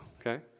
Okay